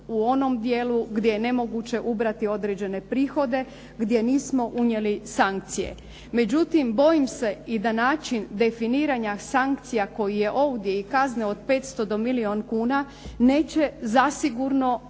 u onom dijelu gdje je nemoguće ubrati određene prihode, gdje nismo unijeli sankcije. Međutim bojim se i da način definiranja sankcija koje je ovdje i kazne od 500 do milijun kuna, neće zasigurno